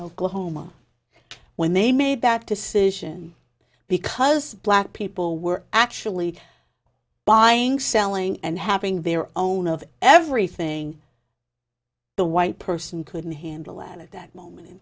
oklahoma when they made that decision because black people were actually buying selling and having their own of everything the white person couldn't handle at that